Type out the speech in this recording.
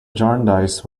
jarndyce